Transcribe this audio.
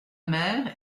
mer